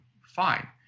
fine